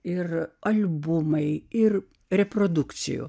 ir albumai ir reprodukcijų